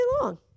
long